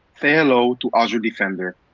say hello to azure defender.